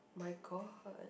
my god